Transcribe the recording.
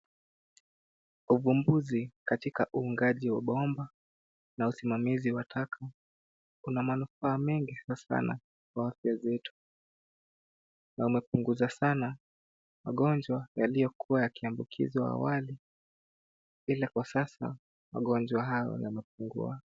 Uvumbuzi katika uungaji wa bomba na usimamizi wa taka Una manufaa mengi Sana Kwa afya zetu na umepunguza sana magonjwa yaliyokuwa yakiambukizwa awali ila Kwa sasa ,magonjwa haya yamepungua.